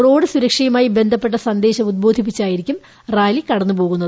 road സുരക്ഷയുമായി ബന്ധപ്പെട്ട സന്ദേശം ഉദ്ബോധിപ്പിച്ചായിരിക്കും റാലി കടന്നുപോകുന്നത്